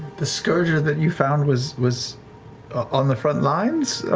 the scourger that you found was was on the front lines?